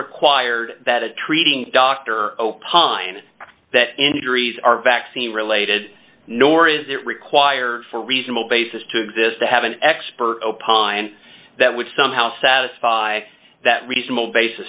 required that a treating doctor opine that injuries are vaccine related nor is it required for reasonable basis to exist to have an expert opine that would somehow satisfy that reasonable basis